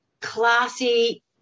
classy